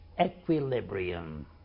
equilibrium